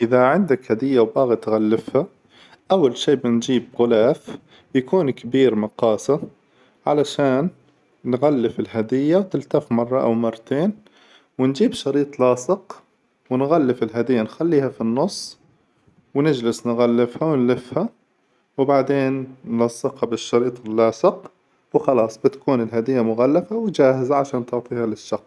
إذا عندك هدية وباغي تغلفها، اول شي بنجيب غلاف يكون كبير مقاسه علشان نغلف الهدية وتلتف مرة أو مرتين، ونجيب شريط لاصق، ونغلف الهدية نخليها في النص ونجلس نغلفها ونلفها وبعدين نلصقها بالشريط اللاصق وخلاص بتكون الهدية مغلفة وجاهزة عشان تعطيها للشخص.